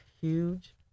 huge